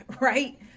right